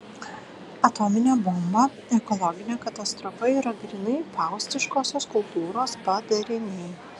atominė bomba ekologinė katastrofa yra grynai faustiškosios kultūros padariniai